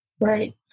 right